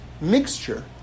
mixture